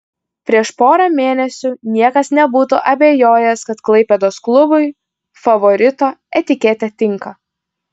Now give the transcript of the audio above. prieš porą mėnesių niekas nebūtų abejojęs kad klaipėdos klubui favorito etiketė tinka